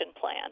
plan